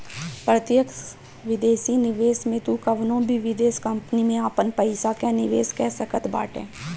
प्रत्यक्ष विदेशी निवेश में तू कवनो भी विदेश कंपनी में आपन पईसा कअ निवेश कअ सकत बाटअ